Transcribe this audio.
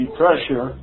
pressure